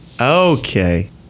Okay